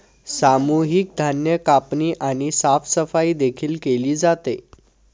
सामूहिक धान्य कापणी आणि साफसफाई देखील केली जाते